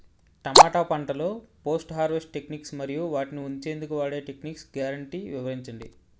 టమాటా పంటలో post harvest techniques మరియు వాటిని ఉంచెందుకు వాడే టెక్నిక్స్ గ్యారంటీ వివరించండి?